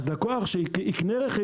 אז לקוח שיקנה רכב,